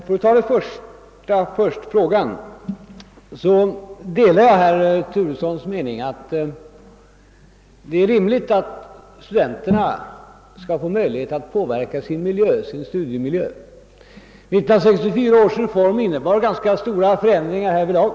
För att till en början ta upp den första frågan vill jag säga att jag delar herr Turessons mening, att det är rimligt att studenterna skall ha möjlighet att påverka sin studiemiljö. 1964 års reform innebar ganska stora förändringar härvidlag.